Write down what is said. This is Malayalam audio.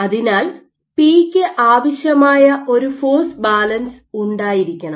അതിനാൽ പി ക്ക് ആവശ്യമായ ഒരു ഫോഴ്സ് ബാലൻസ് ഉണ്ടായിരിക്കണം